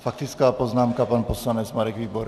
Faktická poznámka, pan poslanec Marek Výborný.